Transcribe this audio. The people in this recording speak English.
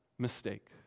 mistake